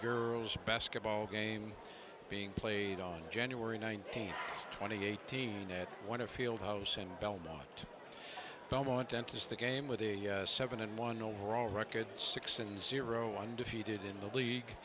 girls basketball game being played on january nineteenth twenty eight teen at one a field house in belmont belmont dentist the game with a seven and one overall record six and zero undefeated in the league